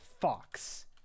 Fox